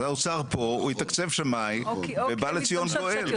האוצר פה, הוא יתקצב שמאי, ובא לציון גואל.